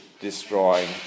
destroying